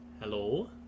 hello